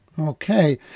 Okay